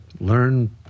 learn